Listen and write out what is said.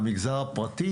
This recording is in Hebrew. המגזר הפרטי